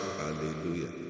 Hallelujah